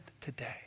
today